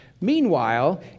Meanwhile